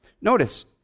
Notice